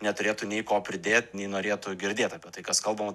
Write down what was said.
neturėtų nei ko pridėt nei norėtų girdėt apie tai kas kalbama